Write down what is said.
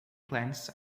plants